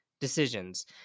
decisions